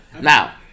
Now